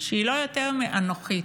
שהיא לא יותר מאנוכית.